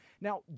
Now